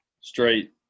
straight